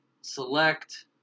select